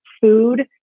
food